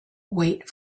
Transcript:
wait